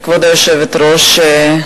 כבוד היושבת-ראש,